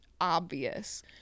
obvious